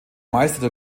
meister